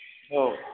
औ